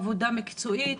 עבודה מקצועית.